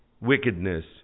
wickedness